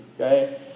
okay